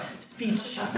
speech